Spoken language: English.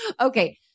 Okay